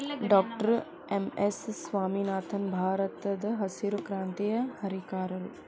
doctor M S Swaminathan ಭಾರತದಹಸಿರು ಕ್ರಾಂತಿಯ ಹರಿಕಾರರು